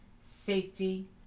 safety